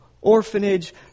orphanage